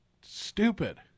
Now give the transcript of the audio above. Stupid